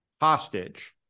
hostage